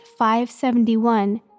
571